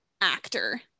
actor